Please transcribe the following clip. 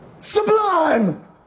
Sublime